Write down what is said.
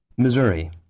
missouri.